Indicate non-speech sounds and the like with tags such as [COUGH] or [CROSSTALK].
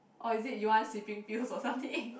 or is it you want sleeping pills or something [LAUGHS]